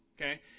okay